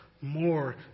more